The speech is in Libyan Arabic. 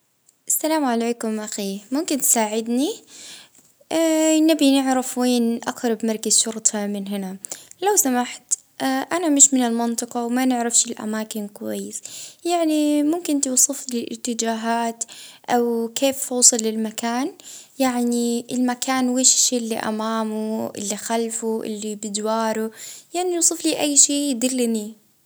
اه عفوا اه وين نجدر اه نلجى أجرب مركز اه شرطة اه انا هنا جديد في المنطقة وما نعرفش الإتجاهات.